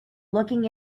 looking